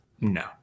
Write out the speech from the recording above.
no